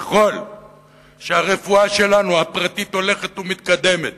ככל שהרפואה שלנו הפרטית הולכת ומתקדמת